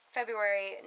February